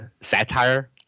satire